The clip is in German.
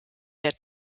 der